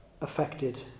affected